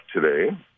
today